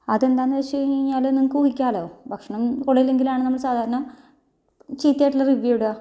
അതെന്താന്ന് വച്ച് കഴിഞ്ഞ് കഴിഞ്ഞാല് നിങ്ങൾക്ക് ഊഹിക്കാമല്ലോ ഭക്ഷണം കൊള്ളിലെങ്കിലാണ് നമ്മള് സാധാരണ ചീത്തയായിട്ടുള്ള റിവ്യൂ ഇടുക